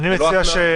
זו לא התנעה.